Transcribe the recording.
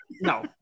no